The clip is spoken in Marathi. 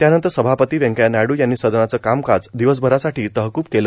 त्यानंतर सभापती व्यंकय्या नायडू यांनी सदनाचं कामकाज दिवसभरासाठी तहकूब केलं